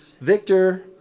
Victor